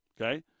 Okay